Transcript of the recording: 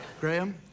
Graham